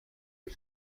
and